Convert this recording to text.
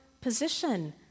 position